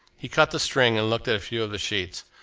he cut the string and looked at a few of the sheets.